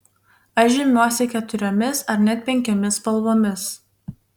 aš žymiuosi keturiomis ar net penkiomis spalvomis